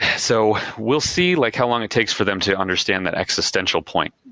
so we'll see like how long it takes for them to understand that existential point,